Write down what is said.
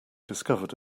discovered